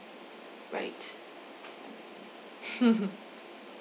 right